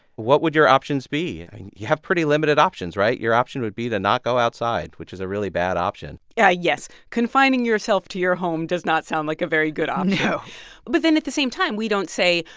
what would your options be? i mean, you have pretty limited options, right? your option would be to not go outside, which is a really bad option yeah yes, confining yourself to your home does not sound like a very good option um no but then at the same time, we don't say,